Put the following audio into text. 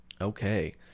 Okay